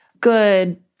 good